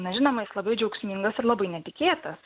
na žinoma jis labai džiaugsmingas ir labai netikėtas